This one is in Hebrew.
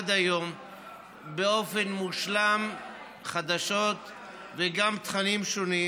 עד היום באופן מושלם חדשות וגם תכנים שונים,